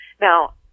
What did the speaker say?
Now